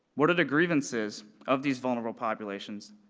what are the grievances of these vulnerable populations,